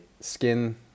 skin